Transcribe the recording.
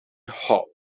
hull